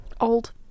old